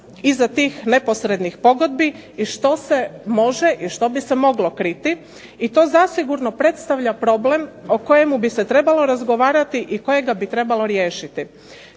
iza tih neposrednih pogodbi i što se može i što bi se moglo kriti i to zasigurno predstavlja problem o kojem bi se trebalo razgovarati i kojega bi trebalo riješiti.